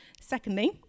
secondly